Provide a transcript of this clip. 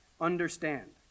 understand